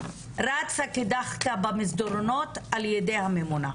רצה כדאחקה במסדרונות ע"י הממונה.